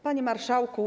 Panie Marszałku!